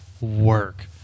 work